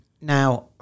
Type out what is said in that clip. Now